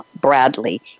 Bradley